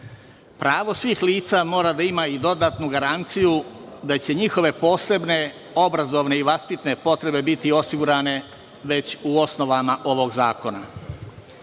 svih lica mora da ima i dodatnu garanciju da će njihove posebne obrazovne i vaspitne potrebe biti osigurane već u o osnovama ovog